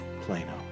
Plano